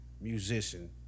musician